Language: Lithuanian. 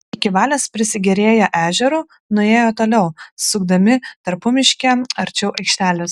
iki valios pasigėrėję ežeru nuėjo toliau sukdami tarpumiške arčiau aikštelės